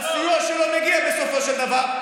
על סיוע שלא מגיע בסופו של דבר,